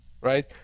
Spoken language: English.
right